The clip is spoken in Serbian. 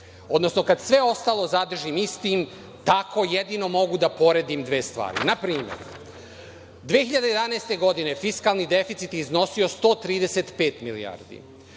odnosno kada sve ostalo zadržim istim tako jedino mogu da poredim dve stvari. Na primer 2011. godine fiskalni deficit je iznosio 135 milijardi,